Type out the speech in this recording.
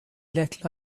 let